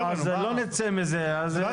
זה ועדת משנה.